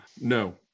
No